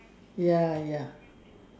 ya ya